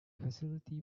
facility